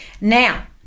Now